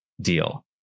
deal